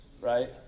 Right